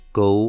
go